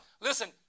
listen